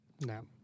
No